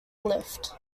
lift